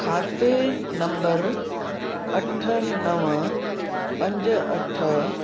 खाते नम्बर अठ नव पंज अठ